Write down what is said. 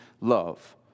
love